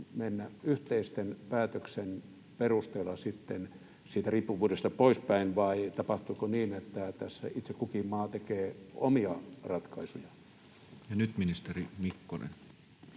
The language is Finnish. mennä yhteisten päätösten perusteella sitten siitä riippuvuudesta poispäin, vai tapahtuuko niin, että tässä itse kukin maa tekee omia ratkaisujaan? Ja nyt ministeri Mikkonen.